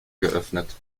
geöffnet